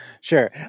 sure